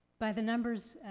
by the numbers,